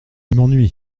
m’ennuies